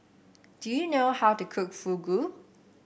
do you know how to cook Fugu